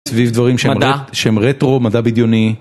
סביב דברים שהם... -מדע. -שהם רטרו, מדע בדיוני.